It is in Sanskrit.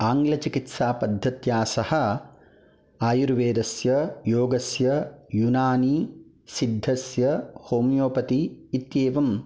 आङ्ग्लचिकित्सा पद्धत्या सह आयुर्वेदस्य योगस्य यूनानी सिद्धस्य होमियोपति इत्येवम्